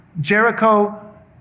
Jericho